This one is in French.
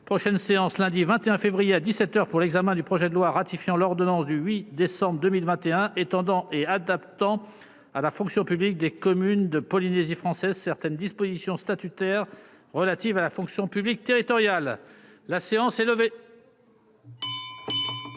prochaine séance lundi 21 février à 17 heures pour l'examen du projet de loi ratifiant l'ordonnance du 8 décembre 2021 étendant et adaptant à la fonction publique des communes de Polynésie française, certaines dispositions statutaires relatives à la fonction publique territoriale, la séance est levée.